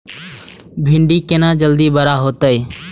भिंडी केना जल्दी बड़ा होते?